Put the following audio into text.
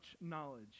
knowledge